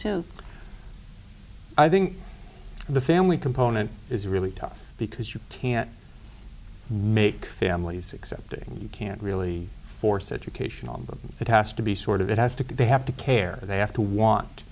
too i think the family component is really tough because you can't make families accepting you can't really force education on but it has to be sort of it has to be they have to care they have to want